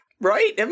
Right